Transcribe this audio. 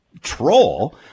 troll